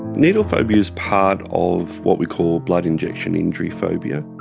needle phobia is part of what we call blood-injection-injury phobia.